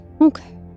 Okay